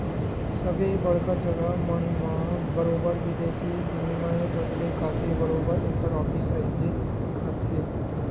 सबे बड़का जघा मन म बरोबर बिदेसी बिनिमय बदले खातिर बरोबर ऐखर ऑफिस रहिबे करथे